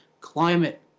Climate